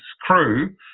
crew